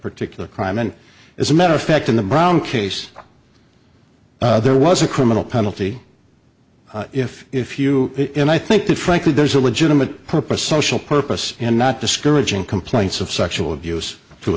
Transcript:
particular crime and as a matter of fact in the brown case there was a criminal penalty if if you and i think that frankly there's a legitimate purpose social purpose and not discouraging complaints of sexual abuse